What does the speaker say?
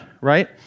Right